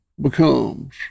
becomes